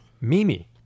Mimi